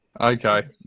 Okay